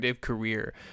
career